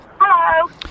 Hello